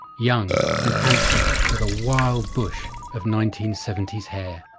young and handsome with a wild bush of nineteen seventy s hair.